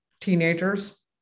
teenagers